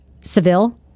Seville